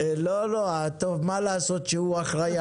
פורר: הנקודה שלך ברורה.